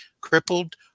crippled